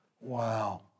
Wow